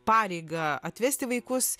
pareigą atvesti vaikus